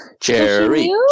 Cherry